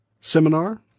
seminar